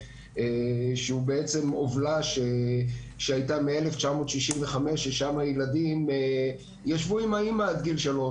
שהוא בעצם עוולה שהייתה מ-1965 אז הילדים ישבו עם האימא עד גיל שלוש.